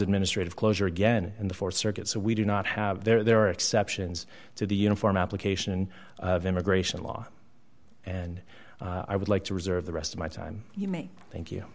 administrative closure again in the th circuit so we do not have there are exceptions to the uniform application of immigration law and i would like to reserve the rest of my time you may thank you